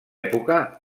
època